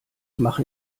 mache